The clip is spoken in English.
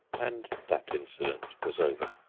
and that incident was over.